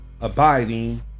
abiding